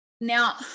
Now